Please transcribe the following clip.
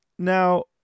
Now